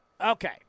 Okay